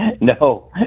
no